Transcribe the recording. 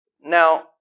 Now